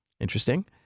interesting